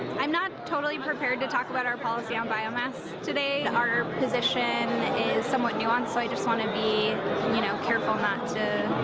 i'm not totally prepared to talk about our policy on biomass today. our position is somewhat nuanced, so i just want to be you know careful not to.